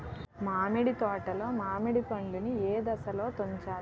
మామిడి తోటలో మామిడి పండు నీ ఏదశలో తుంచాలి?